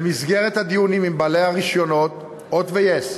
במסגרת הדיונים עם בעלי הרישיונות, "הוט" ו-yes,